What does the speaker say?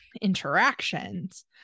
interactions